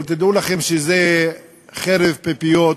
אבל תדעו לכם שזו חרב פיפיות,